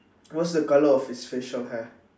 what's the colour of his facial hair